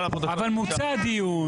אבל מוצה הדיון.